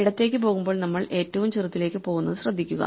ഇടത്തേക്ക് പോകുമ്പോൾ നമ്മൾ ഏറ്റവും ചെറുതിലേക്ക് പോകുന്നത് ശ്രദ്ധിക്കുക